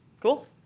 cool